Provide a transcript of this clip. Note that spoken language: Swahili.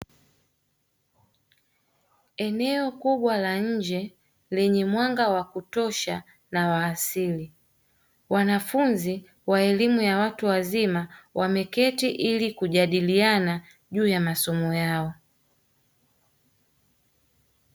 Eneo kubwa la njee lenye mwanga wa kutosha na wa asili. Wanafunzi wa elimu ya watu wazima wameketi ili kujadiliana juu ya masomo yao.